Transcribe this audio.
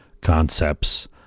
concepts